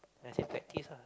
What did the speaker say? then I say practice ah